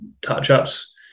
touch-ups